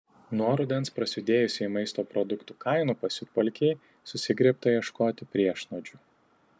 nuo rudens prasidėjusiai maisto produktų kainų pasiutpolkei susigriebta ieškoti priešnuodžių